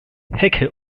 hecke